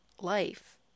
life